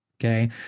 okay